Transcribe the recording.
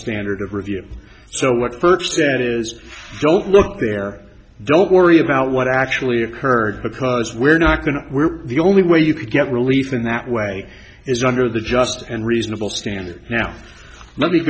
standard of review so what first that is don't look there don't worry about what actually occurred because we're not going to we're the only way you could get relief in that way is under the just and reasonable standard now let me